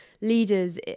leaders